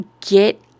get